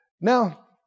Now